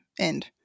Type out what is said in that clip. end